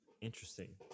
interesting